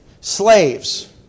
slaves